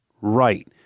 Right